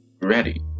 ready